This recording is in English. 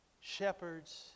shepherds